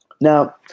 Now